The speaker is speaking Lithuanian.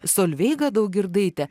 solveiga daugirdaitė